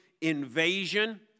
invasion